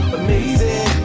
amazing